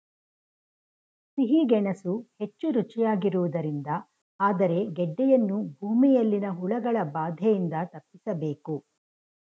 ಸಿಹಿ ಗೆಣಸು ಹೆಚ್ಚು ರುಚಿಯಾಗಿರುವುದರಿಂದ ಆದರೆ ಗೆಡ್ಡೆಯನ್ನು ಭೂಮಿಯಲ್ಲಿನ ಹುಳಗಳ ಬಾಧೆಯಿಂದ ತಪ್ಪಿಸಬೇಕು